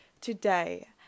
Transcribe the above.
today